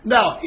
Now